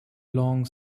long